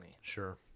Sure